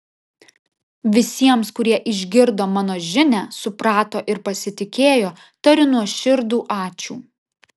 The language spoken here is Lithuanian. visiems kurie išgirdo mano žinią suprato ir pasitikėjo tariu nuoširdų ačiū